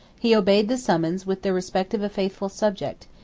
he obeyed the summons with the respect of a faithful subject,